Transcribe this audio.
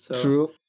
True